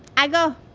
i go.